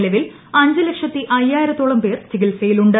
നിലവിൽ അഞ്ചു ്ലക്ഷത്തി അയ്യായിരത്തോളം പേർ ചികിത്സയിലുണ്ട്